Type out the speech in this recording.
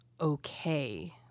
okay